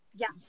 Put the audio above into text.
Yes